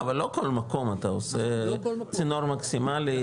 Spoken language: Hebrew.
לא בכל מקום אתה עושה צינור מקסימלי,